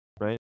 right